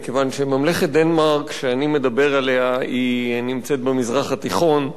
מכיוון שממלכת דנמרק שאני מדבר עליה נמצאת במזרח התיכון,